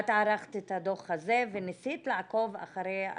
את ערכת את הדוח הזה וניסית לעקוב אחרי התקציבים.